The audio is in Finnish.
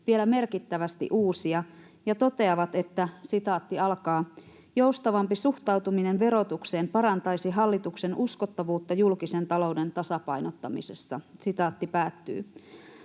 vielä merkittävästi uusia, ja todennut, että ”joustavampi suhtautuminen verotukseen parantaisi hallituksen uskottavuutta julkisen talouden tasapainottamisessa”. Sixten Korkman